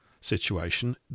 situation